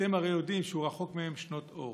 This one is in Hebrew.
אתם הרי יודעים שהוא רחוק מהם שנות אור.